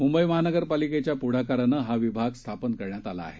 मुंबई महानगरपालिकेच्या प्ढकारानं हा विभाग स्थापन करण्यात आला आहे